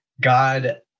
God